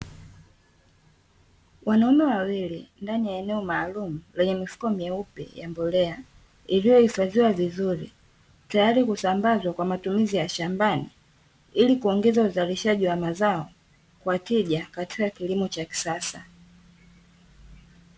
Wanaume wawili ndani ya eneo maalumu lenye mifuko myeupe ya mbolea, iliyohifadhiwa vizuri tayari kusambazwa kwa matumizi ya shambani ili kuongeza uzalishaji wa mazao kwa tija katika kilimo cha kisasa.